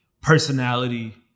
personality